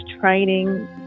training